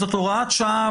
זאת הוראת שעה,